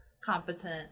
competent